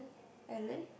ellen